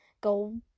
go